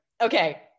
Okay